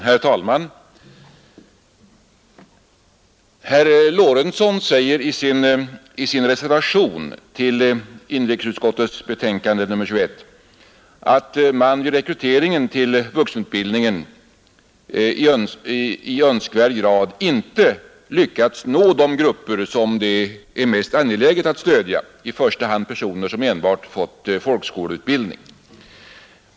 Herr talman! Herr Lorentzon säger i sin reservation till inrikesutskottets betänkande nr 21 att man vid rekryteringen till vuxenutbildningen inte i önskvärd grad lyckats nå de grupper som det är mest angeläget att stödja, i första hand då personer som enbart fått folkskoleutbildning.